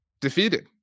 defeated